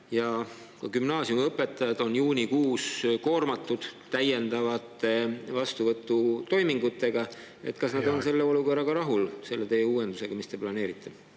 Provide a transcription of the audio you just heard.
ja gümnaasiumiõpetajad on juunikuus koormatud täiendavate vastuvõtutoimingutega, on selle olukorraga rahul – selle teie uuendusega, mida te planeerite?